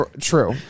True